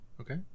Okay